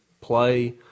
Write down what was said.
play